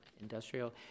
industrial